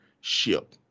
ship